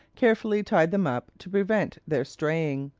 carefully tied them up to prevent their straying.